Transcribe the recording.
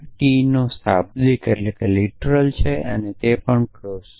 T નો શાબ્દિક છે અને તે પણ ક્લોઝ છે